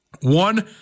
one